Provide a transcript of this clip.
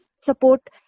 support